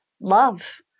love